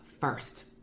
first